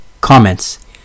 Comments